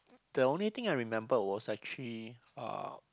the only thing I remembered was actually uh